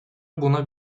buna